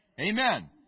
Amen